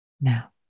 now